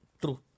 True